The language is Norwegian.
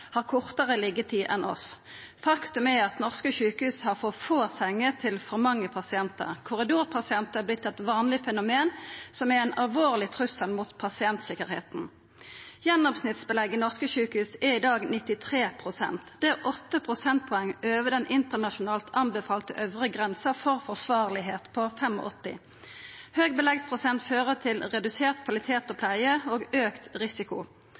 har kortare liggjetid enn oss. Faktum er at norske sjukehus har for få senger til for mange pasientar. Korridorpasientar har vorte eit vanleg fenomen, som er ein alvorleg trussel mot pasienttryggleiken. Gjennomsnittsbelegget i norske sjukehus er i dag på 93 pst. Det er åtte prosentpoeng over den internasjonalt anbefalte øvre grensa for det som er forsvarleg, på 85 pst. Høg beleggsprosent fører til redusert kvalitet og pleie og til auka risiko.